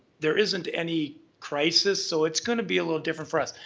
there isn't any crisis, so it's gonna be a little different for us.